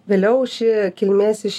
vėliau ši kilmės iš